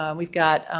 um we've got